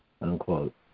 unquote